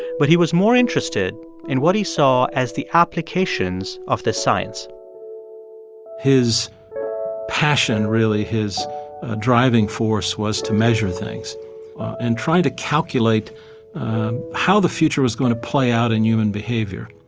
but he was more interested in what he saw as the applications of the science his passion, really, his driving force was to measure things and try to calculate how the future was going to play out in human behavior.